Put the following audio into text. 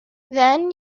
then